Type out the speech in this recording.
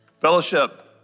Fellowship